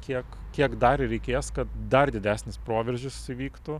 kiek kiek dar reikės kad dar didesnis proveržis įvyktų